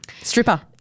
Stripper